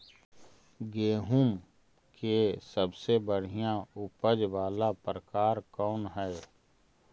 गेंहूम के सबसे बढ़िया उपज वाला प्रकार कौन हई?